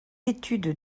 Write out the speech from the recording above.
études